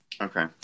Okay